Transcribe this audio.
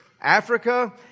Africa